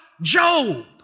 Job